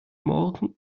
morgen